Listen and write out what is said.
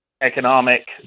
economic